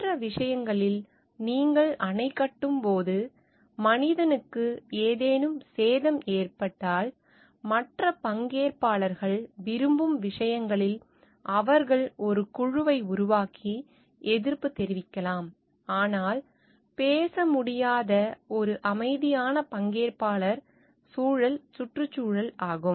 மற்ற விஷயங்களில் நீங்கள் அணை கட்டும்போது மனிதனுக்கு ஏதேனும் சேதம் ஏற்பட்டால் மற்ற பங்கேற்பாளர்கள் விரும்பும் விஷயங்களில் அவர்கள் ஒரு குழுவை உருவாக்கி எதிர்ப்பு தெரிவிக்கலாம் ஆனால் பேச முடியாத ஒரு அமைதியான பங்கேற்பாளர் சூழல் சுற்றுச்சூழல் ஆகும்